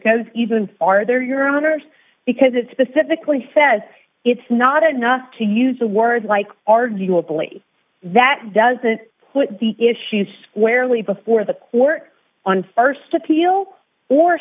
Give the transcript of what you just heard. goes even farther your honor because it specifically says it's not enough to use the words like arguably that doesn't put the issue squarely before the court on st appeal or